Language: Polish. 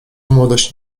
młodość